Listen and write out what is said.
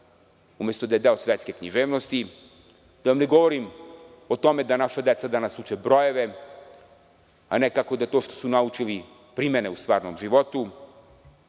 umesto da je deo svetske književnosti. Da vam ne govorim o tome da naša deca danas uče brojeve, a ne kako da to što su naučili primene u stvarnom životu. Naš